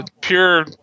pure